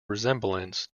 resemblance